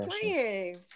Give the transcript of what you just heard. playing